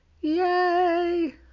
Yay